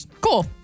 cool